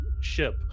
ship